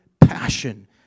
passion